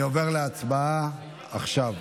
אני עובר להצבעה עכשיו.